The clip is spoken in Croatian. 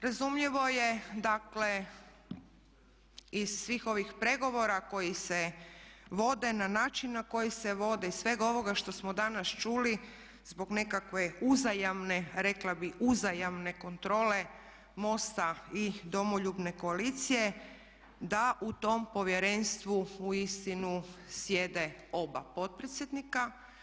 Razumljivo je dakle iz svih ovih pregovora koji se vode na način na koji se vode i svega ovoga što smo danas čuli zbog nekakve uzajamne, rekla bi uzajamne kontrole MOST-a i Domoljubne koalicije da u tom povjerenstvu uistinu sjede oba potpredsjednika.